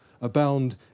abound